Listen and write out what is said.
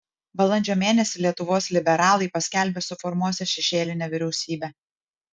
balandžio mėnesį lietuvos liberalai paskelbė suformuosią šešėlinę vyriausybę